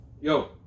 Yo